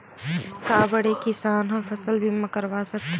का बड़े किसान ह फसल बीमा करवा सकथे?